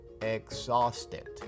exhausted